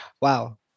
Wow